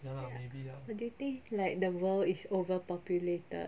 ya but do you think like the world is overpopulated